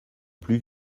plus